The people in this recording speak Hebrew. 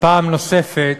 פעם נוספת,